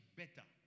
better